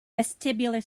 vestibular